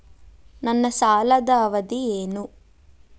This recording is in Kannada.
ನನ್ನ ಸಾಲದ ಅವಧಿ ಏನು?